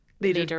leader